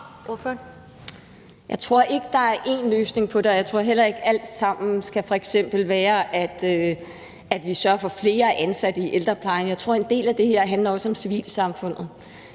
Jeg tror ikke, at der er én løsning på det, og jeg tror heller ikke, at alt sammen f.eks. skal være, at vi sørger for flere ansatte i ældreplejen. Jeg tror, en del af det her også handler om civilsamfundet